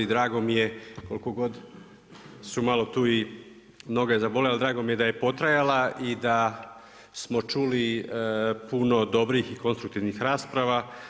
Drago mi je koliko god su malo tu i noge zaboljele ali drago mi je da je potrajala i da smo čuli puno dobrih i konstruktivnih rasprava.